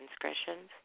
transgressions